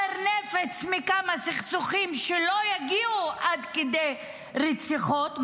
הנפץ מכמה סכסוכים כדי שלא יגיעו עד כדי רציחות,